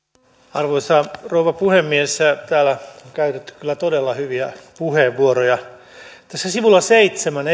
arvoisa rouva puhemies täällä on kyllä käytetty todella hyviä puheenvuoroja esityksessä sivulla seitsemän